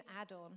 add-on